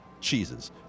cheeses